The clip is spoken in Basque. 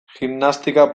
gimnastika